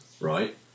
right